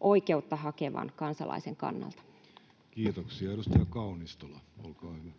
oikeutta hakevan kansalaisen kannalta? Kiitoksia. — Edustaja Kaunistola, olkaa hyvä.